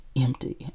empty